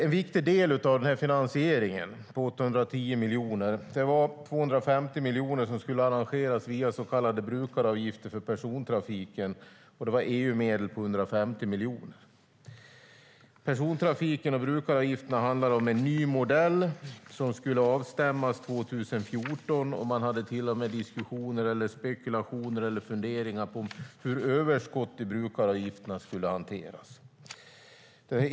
En viktig del av finansieringen på 810 miljoner kronor var 250 miljoner kronor som skulle ordnas via så kallade brukaravgifter för persontrafiken och 150 miljoner kronor i EU-medel. Persontrafiken och brukaravgifterna handlade om en ny modell som skulle avstämmas år 2014. Det var till och med funderingar om hur överskott i brukaravgifterna skulle hanteras.